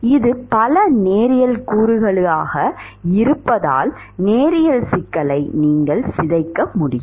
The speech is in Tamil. இது பல நேரியல் கூறுகளாக இருப்பதால் நேரியல் சிக்கலை நீங்கள் சிதைக்க முடியும்